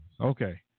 Okay